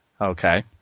Okay